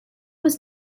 was